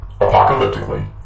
apocalyptically